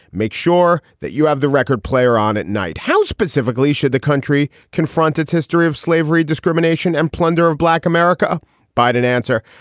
make sure that you have the record player on at night. how specifically should the country confront its history of slavery, discrimination and plunder of black america by an answer?